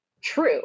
true